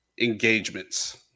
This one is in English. engagements